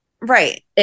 Right